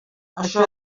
això